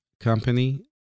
company